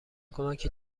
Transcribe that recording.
کمکی